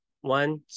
One